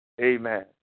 Amen